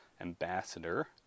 ambassador